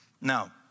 Now